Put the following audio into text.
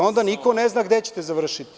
Onda niko ne zna gde ćete završiti.